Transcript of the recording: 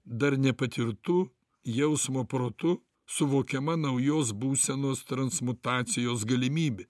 dar nepatirtu jausmo protu suvokiama naujos būsenos transmutacijos galimybė